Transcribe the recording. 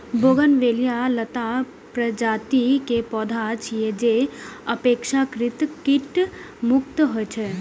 bougainvillea लता प्रजाति के पौधा छियै, जे अपेक्षाकृत कीट मुक्त होइ छै